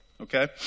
okay